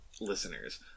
listeners